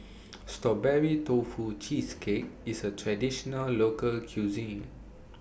Strawberry Tofu Cheesecake IS A Traditional Local Cuisine